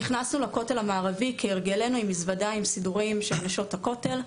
נכנסנו לכותל המערבי כהרגלנו עם מזוודה עם סידורים של נשות הכותל.